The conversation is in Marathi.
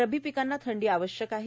रब्बी पिकांना थंडी आवश्यक आहे